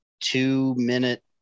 two-minute